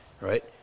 Right